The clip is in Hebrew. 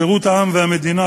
שירות העם והמדינה,